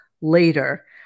later